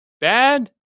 bad